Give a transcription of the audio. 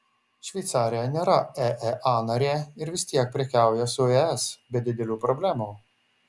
šveicarija nėra eea narė ir vis tiek prekiauja su es be didelių problemų